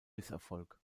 misserfolg